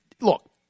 look